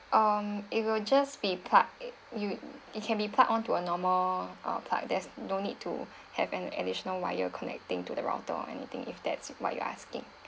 um it will just be plug you it can be plugged onto a normal uh plug there's no need to have an additional wire connecting to the router or anything if that's what you're asking